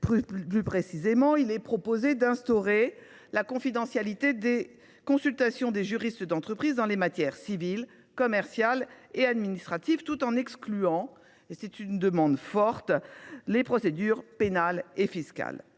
Plus précisément, il nous est proposé d’instaurer la confidentialité des consultations des juristes d’entreprise dans les matières civile, commerciale et administrative, tout en excluant – c’est une demande forte – les procédures pénales et fiscales.